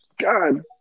God